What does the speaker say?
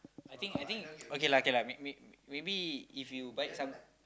I think I think okay lah k lah may may maybe if you buy some